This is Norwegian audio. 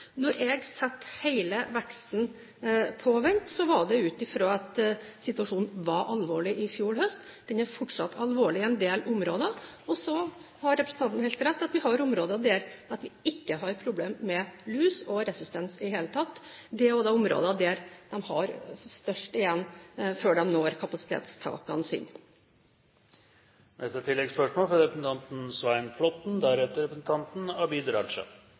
Når jeg satte hele veksten på vent, var det ut fra at situasjonen var alvorlig i fjor høst. Den er fortsatt alvorlig i en del områder. Representanten har helt rett i at vi har områder der vi ikke har problemer med lus og resistens i det hele tatt. Det er også områder der de har lengst igjen før de når kapasitetstakene